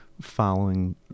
following